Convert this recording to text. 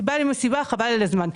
סיבה למסיבה חבל על הזמן.